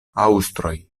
aŭstroj